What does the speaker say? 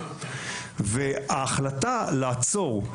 ההחלטה לעצור,